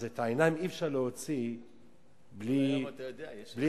אז את העיניים אי-אפשר להוציא בלי אחריות.